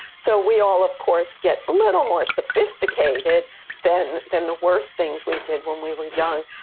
so we all of course get a little more sophisticated than than the worse things we did when we were young,